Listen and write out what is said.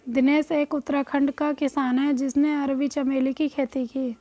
दिनेश एक उत्तराखंड का किसान है जिसने अरबी चमेली की खेती की